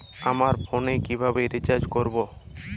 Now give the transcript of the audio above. আমার ফোনে কিভাবে রিচার্জ করবো?